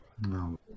No